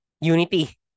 unity